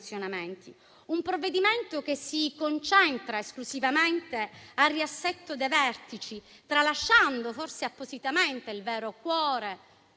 Il provvedimento in esame si concentra esclusivamente sul riassetto dei vertici, tralasciando, forse appositamente, il vero cuore